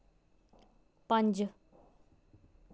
पंज